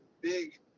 big